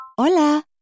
Hola